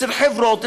אצל חברות,